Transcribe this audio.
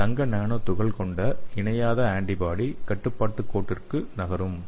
இந்த தங்க நானோ துகள் கொண்ட இணையாத ஆன்டிபாடி கட்டுப்பாட்டு கோட்டிற்கு நகரும்